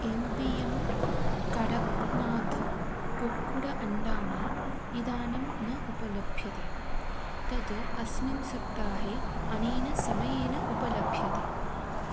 एं पी एम् कडक्नाथ कुक्कुट अण्डाणि इदानिं न उपलभ्यते तत् अस्मिन् सप्ताहे अनेन समयेन उपलभ्यते